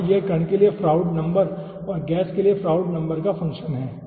जहां यह कण के लिए फ्राउड नंबर और गैस के लिए फ्राउड नंबर का फंक्शन है